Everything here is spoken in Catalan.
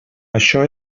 això